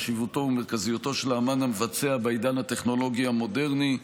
חשיבותו ומרכזיותו של האמן המבצע בעידן הטכנולוגיה המודרני.